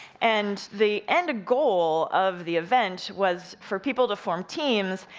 and the end goal of the event was for people to form teams,